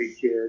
kid